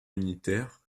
unitaire